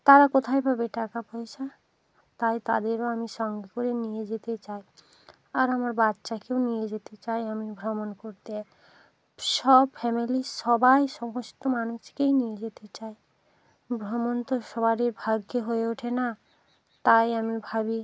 তারা কোথায় পাবে টাকা পয়সা তাই তাদেরও আমি সঙ্গে করে নিয়ে যেতে চাই আর আমার বাচ্চাকেও নিয়ে যেতে চাই আমি ভ্রমণ করতে সব ফ্যামিলির সবাই সমস্ত মানুষকেই নিয়ে যেতে চায় ভ্রমণকে সবারই ভাগ্যে হয়ে ওঠে না তাই আমি ভাবি